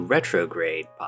Retrograde